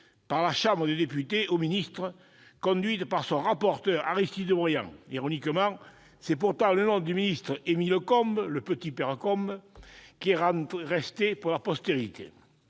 par la chambre des députés au ministre, conduite par son rapporteur Aristide Briand. Ironiquement, c'est pourtant le nom du ministre Émile Combes, le « petit père Combes », qui est resté pour la postérité